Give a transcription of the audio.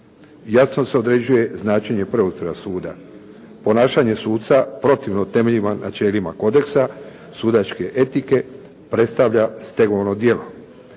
Jasno se određuje značenje … /Govornik se ne razumije./ … suda. Ponašanje suca protivno temeljima i načelima kodeksa sudačke etike predstavlja stegovno djelo.